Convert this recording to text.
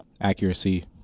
accuracy –